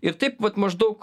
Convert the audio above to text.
ir taip vat maždaug